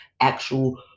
actual